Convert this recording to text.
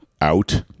out